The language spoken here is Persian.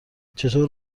چطور